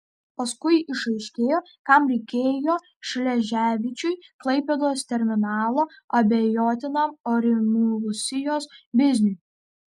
paskui išaiškėjo kam reikėjo šleževičiui klaipėdos terminalo abejotinam orimulsijos bizniui